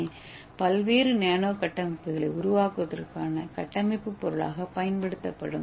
ஏ பல்வேறு நானோ கட்டமைப்புகளை உருவாக்குவதற்கான கட்டமைப்பு பொருளாக பயன்படுத்தப்படும்